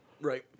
Right